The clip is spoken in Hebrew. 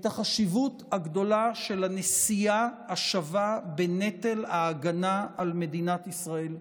את החשיבות הגדולה של הנשיאה השווה בנטל ההגנה על מדינת ישראל.